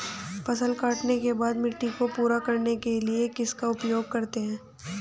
फसल काटने के बाद मिट्टी को पूरा करने के लिए किसका उपयोग करते हैं?